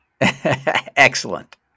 Excellent